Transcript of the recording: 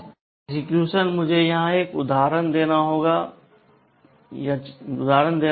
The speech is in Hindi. एक्सेक्यूशन मुझे यहां एक उदाहरण देना चाहिए